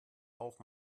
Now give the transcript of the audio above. auch